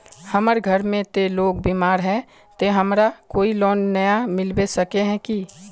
हमर घर में ते लोग बीमार है ते हमरा कोई लोन नय मिलबे सके है की?